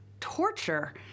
torture